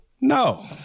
No